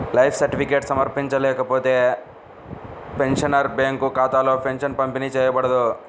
life certificate సమర్పించకపోతే, pensioner bank ఖాతాలో pension పంపిణీ చేయబడదు